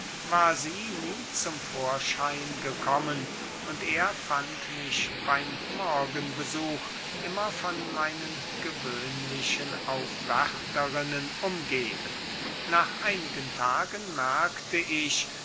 war sie nie zum vorschein gekommen und er fand mich beym morgenbesuch immer von meinen gewöhnlichen aufwärterinnen umgeben nach einigen tagen merkte ich